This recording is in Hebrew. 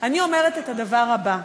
אני אומרת את הדבר הבא,